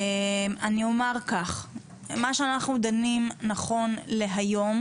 אני אומר כך, מה שאנחנו דנים נכון להיום